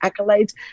accolades